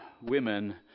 women